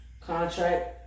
contract